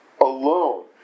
alone